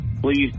please